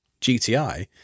GTI